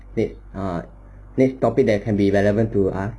next next topic that can be relevant to us